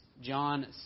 John